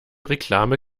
reklame